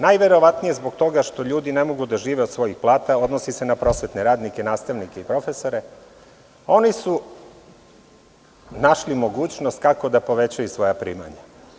Najverovatnije zbog toga što ljudi ne mogu da žive od svojih plata, odnosi se na prosvetne radnike, oni su našli mogućnost kako da povećaju svoja primanja.